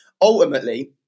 ultimately